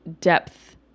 depth